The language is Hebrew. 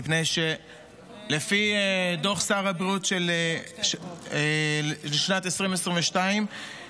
מפני שבדוח שר הבריאות לשנת 2022 נמצא